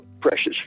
precious